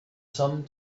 some